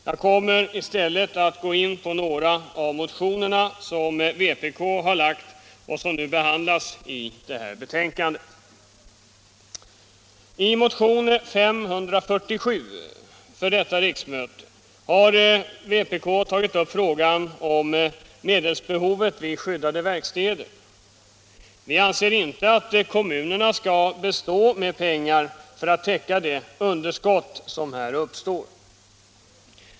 Jag kommer i stället att gå in på några av motionerna som vpk har lagt fram och som behandlas i det här betänkandet. I motionen 547 till detta riksmöte har vpk tagit upp frågan om medelsbehovet vid skyddade verkstäder. Vi anser inte att kommunerna skall bestå pengarna för att täcka det underskott som här uppstår.